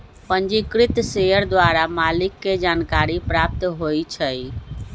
पंजीकृत शेयर द्वारा मालिक के जानकारी प्राप्त होइ छइ